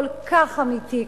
כל כך אמיתי,